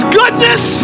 goodness